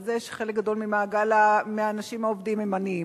על זה שחלק גדול מהאנשים העובדים הם עניים.